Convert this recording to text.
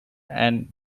and